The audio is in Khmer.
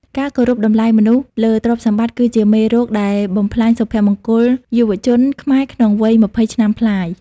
ការគោរពតម្លៃមនុស្សលើទ្រព្យសម្បត្តិ គឺជាមេរោគដែលបំផ្លាញសុភមង្គលយុវជនខ្មែរក្នុងវ័យ២០ឆ្នាំប្លាយ។